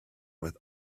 with